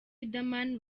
riderman